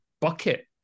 bucket